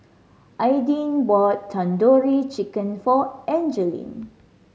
Aidyn bought Tandoori Chicken for Angeline